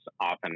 often